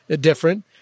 different